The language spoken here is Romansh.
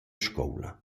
scoula